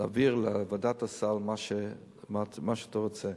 להעביר לוועדת הסל מה שאתה רוצה,